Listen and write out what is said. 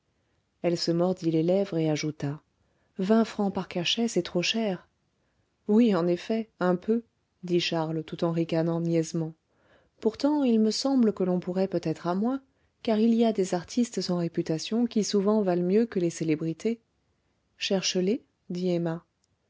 elle se mordit les lèvres et ajouta vingt francs par cachet c'est trop cher oui en effet un peu dit charles tout en ricanant niaisement pourtant il me semble que l'on pourrait peut-être à moins car il y a des artistes sans réputation qui souvent valent mieux que les célébrités cherche les dit emma